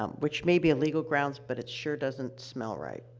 um which may be a legal grounds, but it sure doesn't smell right,